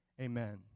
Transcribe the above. amen